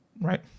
right